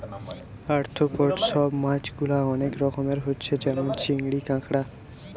arthropod সব মাছ গুলা অনেক রকমের হচ্ছে যেমন চিংড়ি, কাঁকড়া